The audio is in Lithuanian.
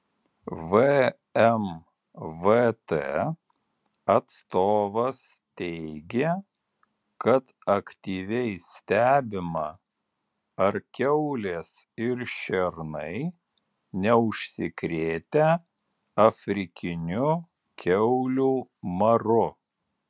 vmvt atstovas teigė kad aktyviai stebima ar kiaulės ir šernai neužsikrėtę afrikiniu kiaulių maru